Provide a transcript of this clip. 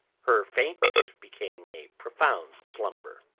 her faint became a profound slumber.